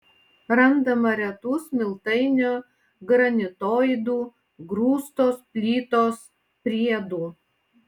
randama retų smiltainio granitoidų grūstos plytos priedų